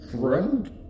Friend